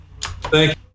Thank